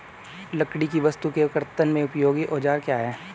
लकड़ी की वस्तु के कर्तन में उपयोगी औजार क्या हैं?